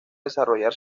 desarrollar